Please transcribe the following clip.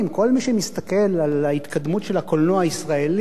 כל מי שמסתכל על ההתקדמות של הקולנוע הישראלי,